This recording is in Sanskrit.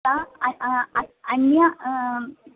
सा अ अन्य